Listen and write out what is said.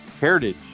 Heritage